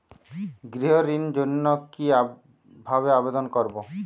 গৃহ ঋণ জন্য কি ভাবে আবেদন করব?